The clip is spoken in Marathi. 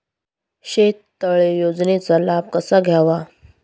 शेततळे योजनेचा लाभ कसा घ्यावा?